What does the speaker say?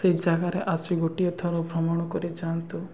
ସେଇ ଜାଗାରେ ଆସି ଗୋଟିଏ ଥର ଭ୍ରମଣ କରି ଯାଆନ୍ତୁ